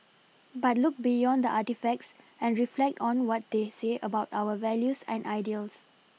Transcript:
but look beyond the artefacts and reflect on what they say about our values and ideals